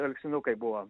alksninukai buvo